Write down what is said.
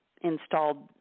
installed